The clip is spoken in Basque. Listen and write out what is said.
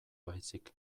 baizik